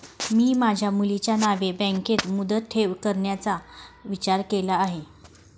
मी माझ्या मुलीच्या नावे बँकेत मुदत ठेव करण्याचा विचार केला आहे